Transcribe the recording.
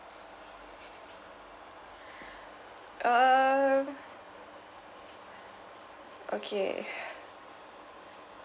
um okay